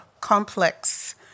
complex